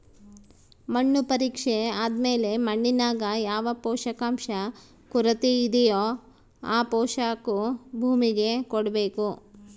ಮಣ್ಣು ಪರೀಕ್ಷೆ ಆದ್ಮೇಲೆ ಮಣ್ಣಿನಾಗ ಯಾವ ಪೋಷಕಾಂಶ ಕೊರತೆಯಿದೋ ಆ ಪೋಷಾಕು ಭೂಮಿಗೆ ಕೊಡ್ಬೇಕು